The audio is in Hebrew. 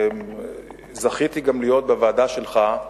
זכיתי גם להיות בוועדה שלך,